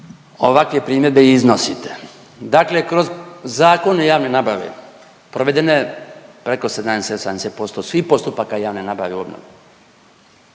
ovakve primjedbe i iznosite. Dakle, kroz Zakon o javnoj nabavi provedena je preko 70% svih postupaka javne nabave u obnovi.